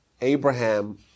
Abraham